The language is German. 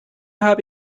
habe